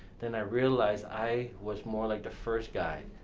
then i realized i was more like the first guy.